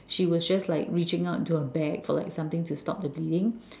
she was just like reaching out into her bag for like something to stop the bleeding